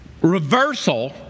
reversal